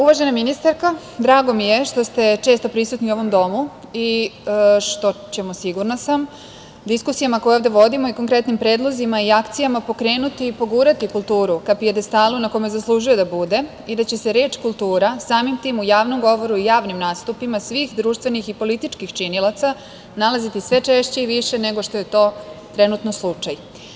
Uvažena ministarko, drago mi je što ste često prisutni u ovom Domu i što ćemo, sigurna sam, diskusijama koje ovde vodimo i konkretnim predlozima i akcijama pokrenuti i pogurati kulturu ka pijedestalu na kome zaslužuje da bude i da će se reč kultura samim tim u javnom govoru i javnim nastupima svih društvenih i političkih činilaca nalaziti sve češće i više nego što je to trenutno slučaj.